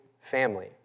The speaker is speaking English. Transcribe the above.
family